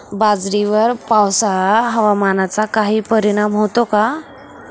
बाजरीवर पावसाळा हवामानाचा काही परिणाम होतो का?